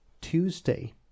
Tuesday